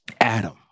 Adam